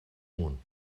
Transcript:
amunt